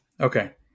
Okay